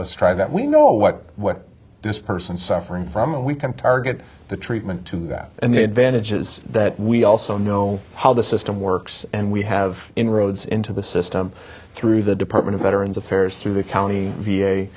let's try that we know what what this person suffering from we can target the treatment to that and they advantages that we also know how the system works and we have inroads into the system through the department of veterans affairs through the county v